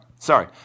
Sorry